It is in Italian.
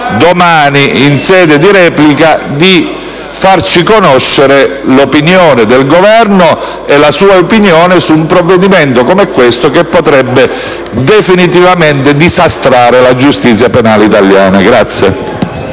domani in sede di replica, di farci conoscere l'opinione del Governo, e la sua, su un provvedimento come questo, che potrebbe definitivamente disastrare la giustizia penale italiana.